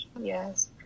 Yes